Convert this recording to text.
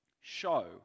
show